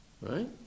Right